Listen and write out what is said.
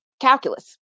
calculus